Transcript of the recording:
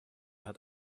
hat